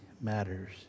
matters